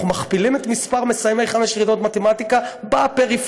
אנחנו מכפילים את מספר מסיימי חמש יחידות מתמטיקה בפריפריה,